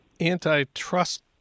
antitrust